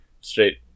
Straight